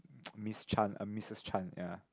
Miss Chan uh Missus Chan ya